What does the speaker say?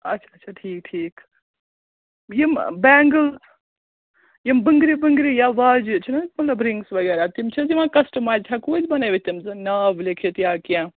اچھا اچھا ٹھیٖک ٹھیٖک یِم بٮ۪نٛگٕلز یِم بٕنٛگرِ وٕنٛگرِ یا واجہِ چھِ نَہ مطلب رِنٛگٕس وغیرہ تِم چھِ نہٕ حظ یِوان کَسٹٕمایزٕ ہٮ۪کوُ أسۍ بنٲوِتھ تِم زَن ناو لیکھِتھ یا کیٚنٛہہ